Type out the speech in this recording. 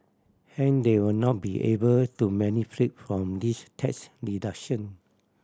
hence they would not be able to benefit from these tax deduction